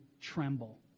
tremble